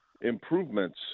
improvements